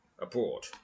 Abroad